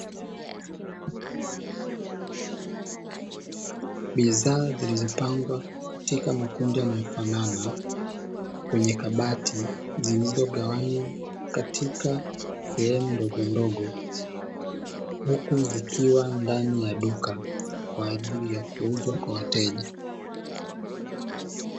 Bidhaa zilizopangwa katika makundi yanayofanana kwenye kabati, zilizogawanywa katika sehemu ndogondogo huku zikiwa ndani ya duka kwa ajili ya kuuzwa kwa wateja.